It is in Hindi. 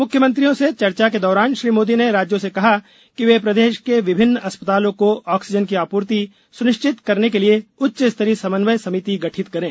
मुख्यमंत्रियों से चर्चा के दौरान श्री मोदी ने राज्यों से कहा कि वे प्रदेश के विभिन्न अस्पतालों को ऑक्सीजन की आपूर्ति सुनिश्चित करने के लिए उच्च स्तरीय समन्वय समिति गठित करें